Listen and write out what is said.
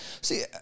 See